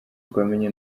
twamenye